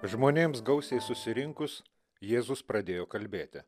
žmonėms gausiai susirinkus jėzus pradėjo kalbėti